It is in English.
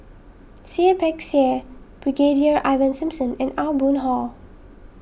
Seah Peck Seah Brigadier Ivan Simson and Aw Boon Haw